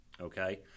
Okay